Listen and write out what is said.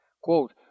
Quote